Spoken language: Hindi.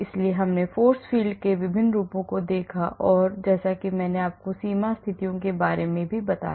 इसलिए हमने force field के विभिन्न रूपों को देखा और फिर मैंने सीमा स्थितियों के बारे में भी बताया